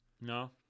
No